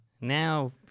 Now